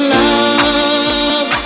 love